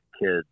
kids